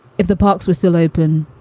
if the parks were still open.